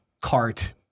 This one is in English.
cart